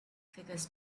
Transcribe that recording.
figures